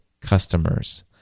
customers